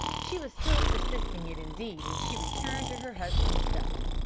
she was still persisting it indeed when she returned to her husband's study.